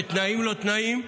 בתנאים לא תנאים.